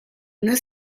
una